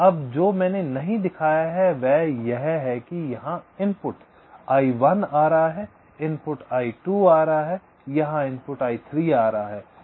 अब जो मैंने नहीं दिखाया है वह यह है कि यहाँ इनपुट I1 आ रहा है इनपुट I2 आ रहा है यहाँ इनपुट I3 आ रहा है